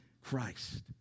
Christ